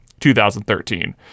2013